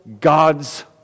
God's